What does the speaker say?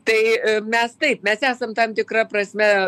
tai mes taip mes esam tam tikra prasme